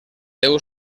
deu